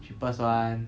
cheapest one